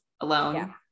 alone